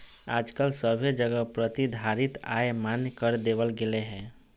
आजकल सभे जगह प्रतिधारित आय मान्य कर देवल गेलय हें